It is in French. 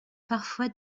parfois